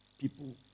people